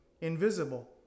invisible